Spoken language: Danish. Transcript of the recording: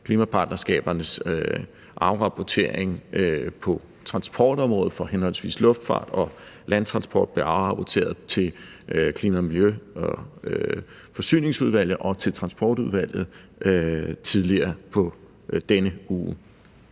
Klimapartnerskabernes afrapportering på transportområdet for henholdsvis luftfart og landtransport blev afrapporteret til Klima-, Miljø- og Forsyningsudvalget og til Transportudvalget tidligere i denne uge.